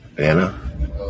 Anna